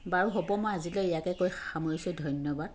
বাৰু হ'ব মই আজিলৈ ইয়াকে কৈ সামৰিছোঁ ধন্যবাদ